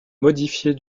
modifiée